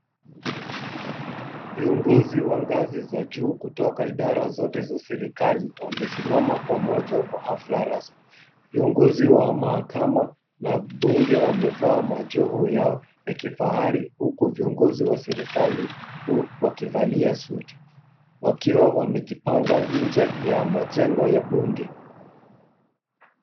Viongozi wa ngazi za juu kutoka idara zote za serikali wamesimama pamoja kwa hafla rasmi. Viongozi wa mahakama na bunge wamevaa majoho yao ya kifahari huku viongozi wa serikali kuu wakivalia suti wakiwa wamejipanga nje ya majengo ya bunge.